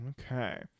Okay